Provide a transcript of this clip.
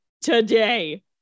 today